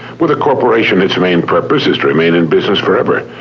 with a corporation, its main purpose is to remain in business forever.